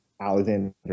Alexander